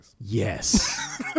Yes